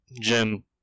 gym